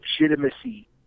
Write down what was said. legitimacy